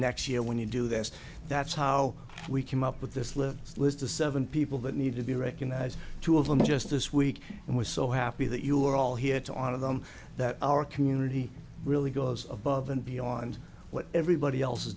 next year when you do this that's how we came up with this live list of seven people that need to be recognized two of them just this week and was so happy that you're all here to on of them that our community really goes above and beyond what everybody else is